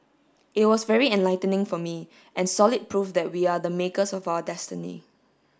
it was very enlightening for me and solid proof that we are the makers of our destiny